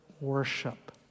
worship